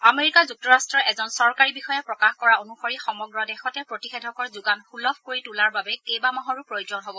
America যুক্তৰাষ্ট্ৰৰ এজন চৰকাৰী বিষয়াই প্ৰকাশ কৰা অনুসৰি সমগ্ৰ দেশতে প্ৰতিষেধকৰ যোগান সুলভ কৰি তোলাৰ বাবে কেইবা মাহৰো প্ৰয়োজন হব